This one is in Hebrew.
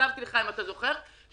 תתחייבי שהליכוד תומך,